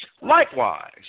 Likewise